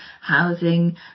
housing